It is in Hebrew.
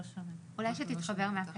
כלומר אנחנו מדברים על בידוד עם קטין מתחת לגיל